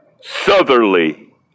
Southerly